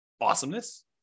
Awesomeness